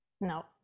no